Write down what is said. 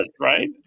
right